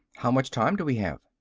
how much time do we have?